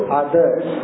others